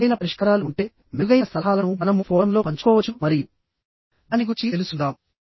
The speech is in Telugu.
మీకు మెరుగైన పరిష్కారాలు ఉంటే మెరుగైన సలహాలను మనము ఫోరమ్లో పంచుకోవచ్చు మరియు దాని గురించి తెలుసుకుందాం